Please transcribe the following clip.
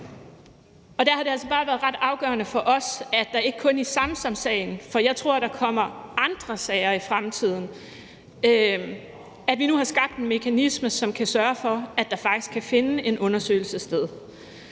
Der har det altså bare været ret afgørende for os, at det ikke kun er i Samsamsagen – for jeg tror, at der kommer andre sager i fremtiden – og at vi nu har skabt en mekanisme, som kan sørge for, at der faktisk kan finde en undersøgelse sted.